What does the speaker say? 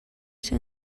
ser